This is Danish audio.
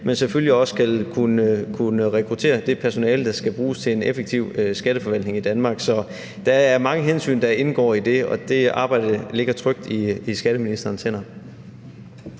skal selvfølgelig også kunne rekruttere det personale, der skal bruges til en effektiv skatteforvaltning i Danmark. Så der er mange hensyn, der indgår i det, og det arbejde ligger trygt i skatteministerens hænder.